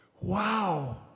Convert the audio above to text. Wow